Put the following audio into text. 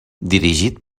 dirigit